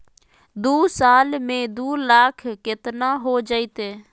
दू साल में दू लाख केतना हो जयते?